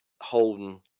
Holden